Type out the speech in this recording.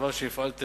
מצבם של "תפרון",